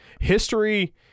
History